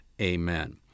Amen